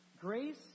grace